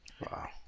Wow